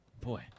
Boy